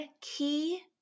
key